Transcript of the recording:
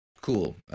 Cool